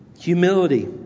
Humility